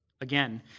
Again